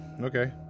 Okay